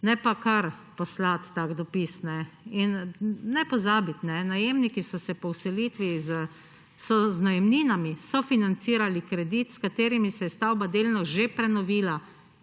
ne pa kar poslati tak dopis. In ne pozabiti, najemniki so po vselitvi z najemninami sofinancirali kredit, s katerim se je stavba delno že prenovila